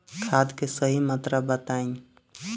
खाद के सही मात्रा बताई?